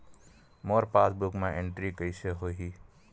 मोर passbook मा entry कइसे होही?